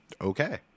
okay